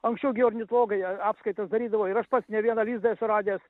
anksčiau gi ornitologai a apskaitas darydavo ir aš pats ne vieną lizdą esu radęs